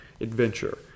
adventure